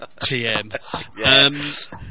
TM